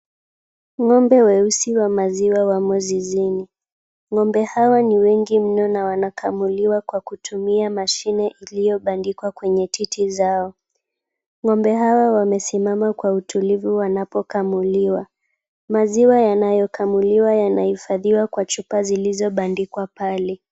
Ng'ombe weusi wa maziwa wamo zizini. Ng'ombe hawa ni wengi mno na wanakamuliwa kwa kutumia mashine iliyobandikwa kwenye titi zao. Ng'ombe hawa wamesimama kwa utulivu wanapokamuliwa. Maziwa yanayokamuliwa yanahifadhiwa kwa chupa zilizobandikwa pale.